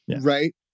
Right